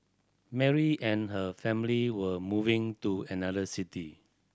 Mary and her family were moving to another city